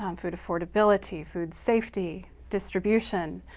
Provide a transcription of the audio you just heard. um food affordability, food safety, distribution,